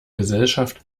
gesellschaft